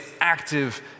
active